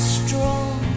strong